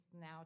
now